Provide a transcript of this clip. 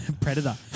predator